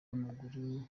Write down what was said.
w’amaguru